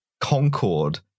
Concord